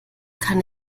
kann